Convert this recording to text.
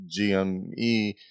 GME